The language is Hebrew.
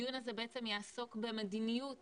הדיון הזה יעסוק במדיניות